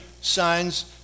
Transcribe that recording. signs